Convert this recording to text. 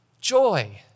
joy